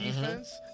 defense